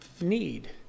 need